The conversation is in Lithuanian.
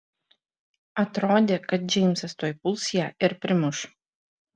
atrodė kad džeimsas tuoj puls ją ir primuš